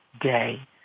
day